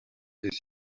des